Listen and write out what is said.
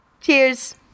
Cheers